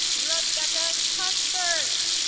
rebecca cuthbert